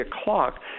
o'clock